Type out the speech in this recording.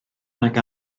nag